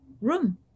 room